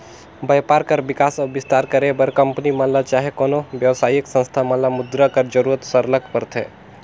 बयपार कर बिकास अउ बिस्तार करे बर कंपनी मन ल चहे कोनो बेवसायिक संस्था मन ल मुद्रा कर जरूरत सरलग परथे